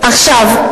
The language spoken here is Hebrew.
עכשיו,